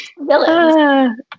villains